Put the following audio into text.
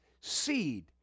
seed